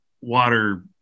water